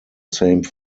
same